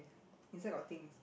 inside got things